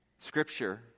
Scripture